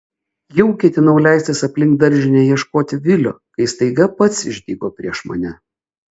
jau ketinau leistis aplink daržinę ieškoti vilio kai staiga pats išdygo prieš mane